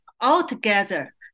Altogether